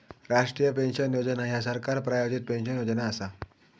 राष्ट्रीय पेन्शन योजना ह्या सरकार प्रायोजित पेन्शन योजना असा